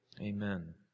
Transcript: Amen